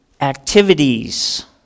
activities